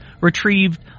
retrieved